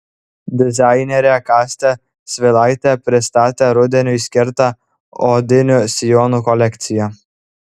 dizainerė kastė svilaitė pristatė rudeniui skirtą odinių sijonų kolekciją